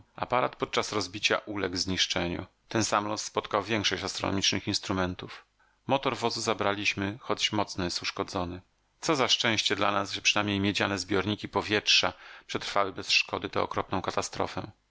aparat podczas rozbicia uległ zniszczeniu ten sam los spotkał większość astronomicznych instrumentów motor wozu zabraliśmy choć mocno jest uszkodzony co za szczęście dla nas że przynajmniej miedziane zbiorniki powietrza przetrwały bez szkody tę okropną katastrofę